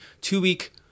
two-week